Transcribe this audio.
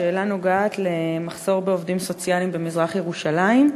השאלה נוגעת למחסור בעובדים סוציאליים במזרח-ירושלים.